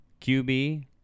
QB